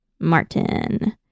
Martin